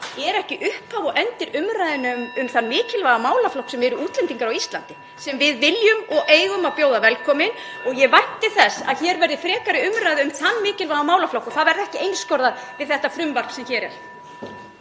er ekki upphaf og endir umræðunnar um þann mikilvæga málaflokk sem eru útlendingar á Íslandi sem við viljum (Forseti hringir.) og eigum að bjóða velkomna og ég vænti þess að hér verði frekari umræðu um þann mikilvæga málaflokk og það verði ekki einskorðað við þetta frumvarp sem hér er.